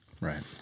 Right